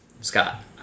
Scott